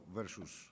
versus